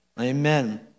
Amen